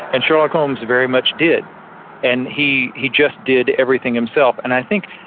and sherlock holmes very much did and he he just did everything himself. and i think,